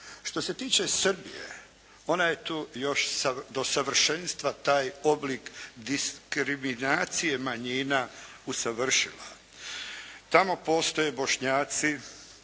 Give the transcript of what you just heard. Što se tiče Srbije ona je tu još do savršenstva taj oblik diskriminacije manjina usavršila. Tamo postoje Bošnjaci,